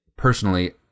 Personally